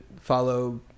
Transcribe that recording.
follow